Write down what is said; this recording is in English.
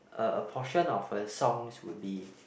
a a portion of her songs would be